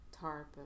tarp